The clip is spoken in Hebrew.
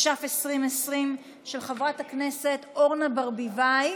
ברשות יושבת-ראש הישיבה,